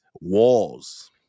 walls